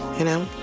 you know?